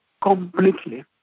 completely